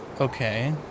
Okay